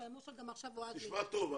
אבל אמרו שגם עכשיו אוהד --- תשמע טוב.